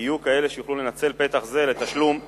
יהיו כאלה שיוכלו לנצל פתח זה להתחמקות